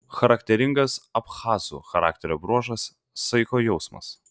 charakteringas abchazų charakterio bruožas saiko jausmas